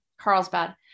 Carlsbad